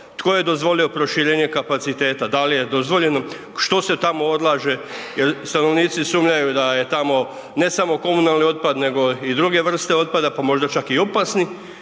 tko je dozvolio proširenje kapaciteta, da li je dozvoljeno što se tamo odlaže jer stanovnici sumnjaju da je tamo ne samo komunalni otpad nego i druge vrste otpada pa možda čak i opasni,